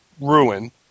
ruin